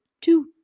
two